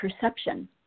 perception